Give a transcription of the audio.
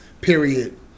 period